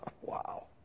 Wow